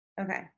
Okay